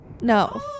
No